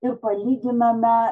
ir palyginome